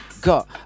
got